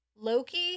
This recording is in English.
Loki